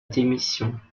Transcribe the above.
démission